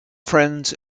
friends